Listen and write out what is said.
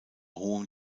hohem